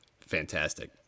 fantastic